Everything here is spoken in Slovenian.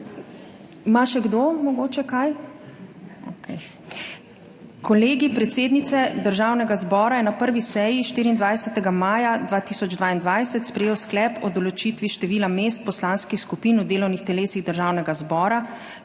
Ima še kdo mogoče kaj? (Ne.) Kolegij predsednice Državnega zbora je na 1. seji 24. maja 2022 sprejel Sklep o določitvi števila mest poslanskih skupin v delovnih telesih Državnega zbora